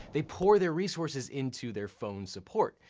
they pour their resources into their phone support.